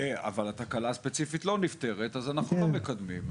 אבל התקלה הספציפית לא נפתרת, אז אנחנו לא מקדמים.